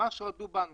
ממש רדו בנו,